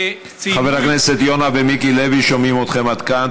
חברי הכנסת יונה ומיקי לוי, שומעים אתכם עד כאן.